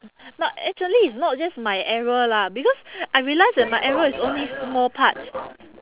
not actually it's not just my error lah because I realised that my error is only small part